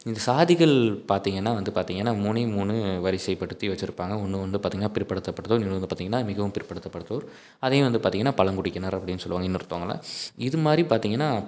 இந்த சாதிகள் பார்த்திங்கன்னா வந்து பார்த்திங்கன்னா மூணே மூணு வரிசைப்படுத்தி வச்சிருப்பாங்க ஒன்று வந்து பார்த்திங்கன்னா பிற்படுத்தப்பட்டது இன்னொன்று வந்து பார்த்திங்கன்னா மிகவும் பிற்படுத்தப்பட்த்தோர் அதையும் வந்து பார்த்திங்கன்னா பழங்குடியினர் அப்படின் சொல்லுவாங்க இன்னொருத்தவங்களை இதுமாதிரி பார்த்திங்கன்னா